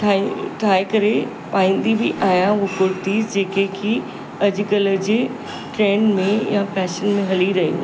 ठाहे ठाहे करे पाईंदी बि आहियां हुव कुर्तीज़ जेके की अॼुकल्ह जे ट्रैंड में या फैशन में हली रहियूं आहे